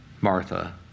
Martha